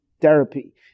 therapy